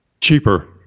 Cheaper